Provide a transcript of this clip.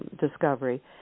discovery